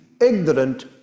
ignorant